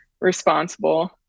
responsible